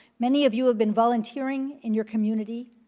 many of you have been volunteering in your community.